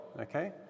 Okay